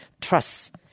trust